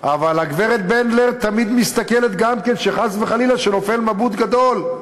אבל הגברת בנדלר תמיד מסתכלת גם כן שכשחס וחלילה נופל נבוט גדול,